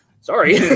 sorry